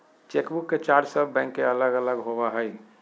chequebook के charge सब bank के अलग अलग होबा हइ